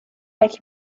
make